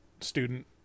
student